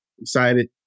excited